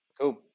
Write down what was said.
Cool